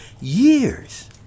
years